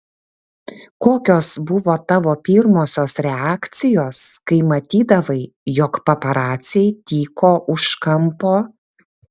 kokios buvo tavo pirmosios reakcijos kai matydavai jog paparaciai tyko už kampo